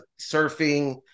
surfing